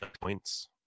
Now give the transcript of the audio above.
points